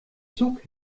zug